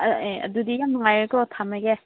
ꯑꯥ ꯑꯦ ꯑꯗꯨꯗꯤ ꯌꯥꯝ ꯅꯨꯡꯉꯥꯏꯔꯦꯀꯣ ꯊꯝꯂꯒꯦ